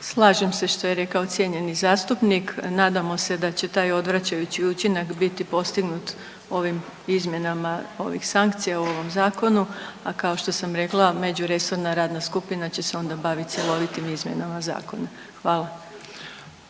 Slažem se što je rekao cijenjeni zastupnik. Nadamo se da će taj odvraćajući učinak biti postignut ovim izmjenama ovih sankcija u ovom Zakonu, a kao što sam rekla, međuresorna radna skupina će se onda baviti cjelovitim izmjenama zakona. Hvala.